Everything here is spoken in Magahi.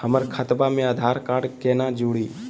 हमर खतवा मे आधार कार्ड केना जुड़ी?